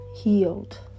healed